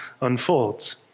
unfolds